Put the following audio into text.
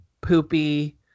poopy